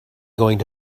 going